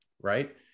right